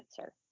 answer